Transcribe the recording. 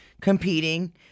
competing